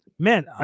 Man